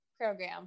program